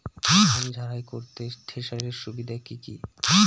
ধান ঝারাই করতে থেসারের সুবিধা কি কি?